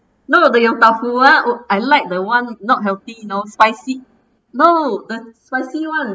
no the yong tau foo ah I like the one not healthy you know spicy no the spicy one